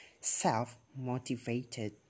self-motivated